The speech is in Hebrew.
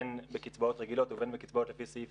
בקצבאות רגילות ובין בקצבאות לפי סעיף